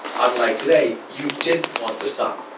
unlike today, you didn't want the sun.